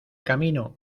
camino